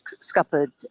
scuppered